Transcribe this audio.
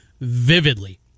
vividly